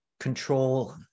Control